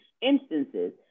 instances